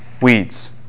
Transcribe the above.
Weeds